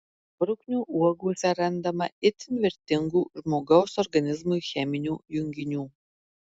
bruknių uogose randama itin vertingų žmogaus organizmui cheminių junginių